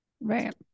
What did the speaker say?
Right